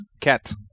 Cat